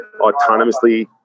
autonomously